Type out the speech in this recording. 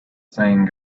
saying